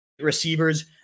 receivers